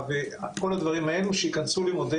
כולל הרשויות